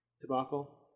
debacle